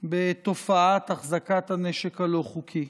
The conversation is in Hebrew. בתופעת החזקת הנשק הלא-חוקי?